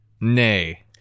nay